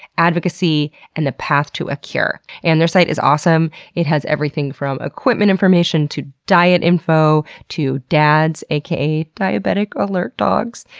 advocacy, and the path to a cure. and their site is awesome, it has everything from equipment information, to diet info to dads, aka diabetic alert dogs,